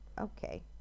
Okay